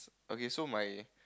okay so my